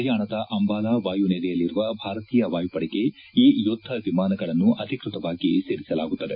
ಪರಿಯಾಣದ ಅಂಬಾಲಾ ವಾಯುನೆಲೆಯಲ್ಲಿರುವ ಭಾರತೀಯ ವಾಯುಪಡೆಗೆ ಈ ಯುದ್ದ ವಿಮಾನಗಳನ್ನು ಅಧಿಕೃತವಾಗಿ ಸೇರಿಸಲಾಗುತ್ತದೆ